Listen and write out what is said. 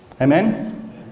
Amen